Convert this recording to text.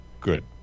Good